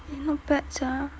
eh not bad sia